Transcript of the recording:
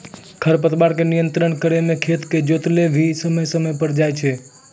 खरपतवार के नियंत्रण करै मे खेत के जोतैलो भी समय समय पर जाय छै